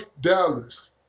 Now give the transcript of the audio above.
Dallas